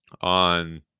on